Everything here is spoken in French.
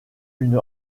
une